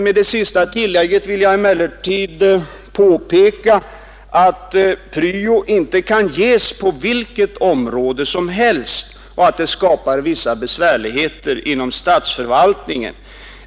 Med det sista tillägget vill jag emellertid påpeka att pryo inte kan ges på vilket område som helst och att detta skapar vissa besvärligheter inom statsförvaltningen.